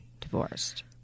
divorced